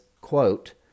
quote